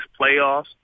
playoffs